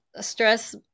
stress